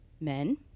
men